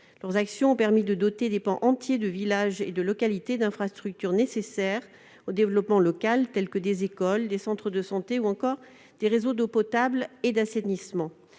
Leurs actions ont permis de doter des pans entiers de villages et de localités d'infrastructures nécessaires au développement local, telles que des écoles, des centres de santé ou encore des réseaux d'eau potable et d'assainissement.